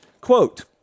Quote